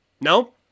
No